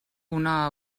una